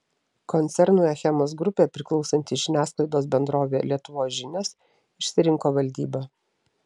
koncernui achemos grupė priklausanti žiniasklaidos bendrovė lietuvos žinios išsirinko valdybą